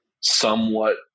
somewhat